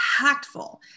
impactful